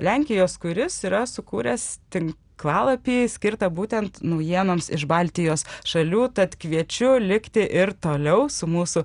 lenkijos kuris yra sukūręs tinklalapį skirtą būtent naujienoms iš baltijos šalių tad kviečiu likti ir toliau su mūsų